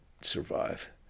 survive